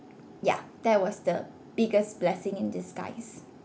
ya that was the biggest blessing in disguise